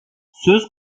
söz